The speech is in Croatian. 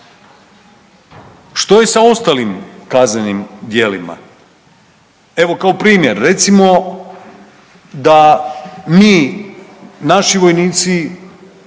Što je sa ostalim kaznenim djelima? Evo, kao primjer. Recimo, da mi, naši vojnici